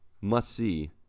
must-see